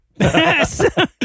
Yes